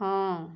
ହଁ